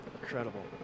Incredible